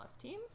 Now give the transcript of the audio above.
teams